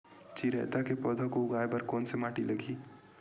चिरैता के पौधा को उगाए बर कोन से माटी लगही?